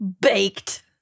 baked